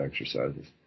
exercises